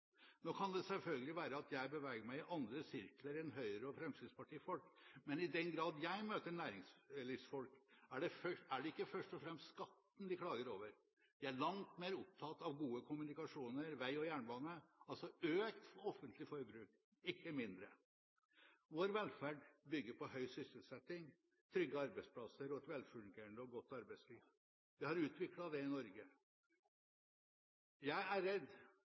Nå kan det selvfølgelig være at jeg beveger meg i andre sirkler enn Høyre- og Fremskrittsparti-folk, men i den grad jeg møter næringslivsfolk, er det ikke først og fremst skatten de klager over. De er langt mer opptatt av gode kommunikasjoner, vei og jernbane, altså økt offentlig forbruk, ikke mindre. Vår velferd bygger på høy sysselsetting, trygge arbeidsplasser og et velfungerende og godt arbeidsliv. Vi har utviklet det i Norge. Jeg er redd